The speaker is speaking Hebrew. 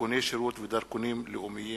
דרכוני שירות ודרכונים לאומיים.